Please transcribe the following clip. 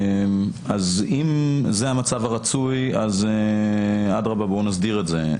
אם זה המצב הרצוי, אדרבה, בואו נסדיר את זה.